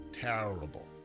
terrible